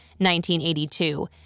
1982